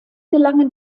gelangen